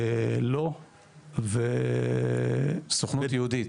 לא ו- -- סוכנות יהודית,